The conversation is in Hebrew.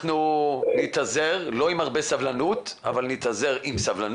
אנחנו נתאזר לא עם הרבה סבלנות אבל נתאזר בסבלנות.